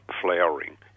flowering